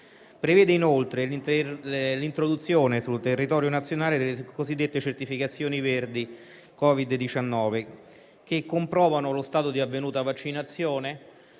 prevede inoltre l'introduzione sul territorio nazionale delle cosiddette certificazioni verdi Covid-19, che comprovano lo stato di avvenuta vaccinazione,